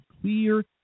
clear